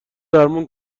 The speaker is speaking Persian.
درمون